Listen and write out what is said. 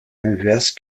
inverse